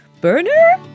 burner